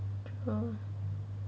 well